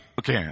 okay